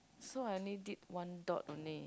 so I only did one dot only